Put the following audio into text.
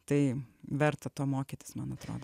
tai verta to mokytis man atrodo